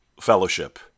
fellowship